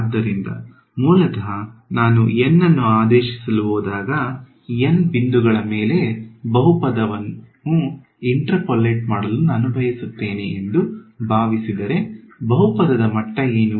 ಆದ್ದರಿಂದ ಮೂಲತಃ ನಾನು N ಅನ್ನು ಆದೇಶಿಸಲು ಹೋದಾಗ N ಬಿಂದುಗಳ ಮೇಲೆ ಬಹುಪದವನ್ನು ಇಂಟರ್ಪೋಲೇಟ್ ಮಾಡಲು ನಾನು ಬಯಸುತ್ತೇನೆ ಎಂದು ಭಾವಿಸಿದರೆ ಬಹುಪದದ ಮಟ್ಟ ಏನು